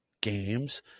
games